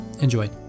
enjoy